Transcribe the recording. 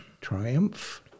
triumph